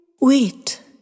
wait